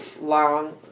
long